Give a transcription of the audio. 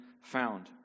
found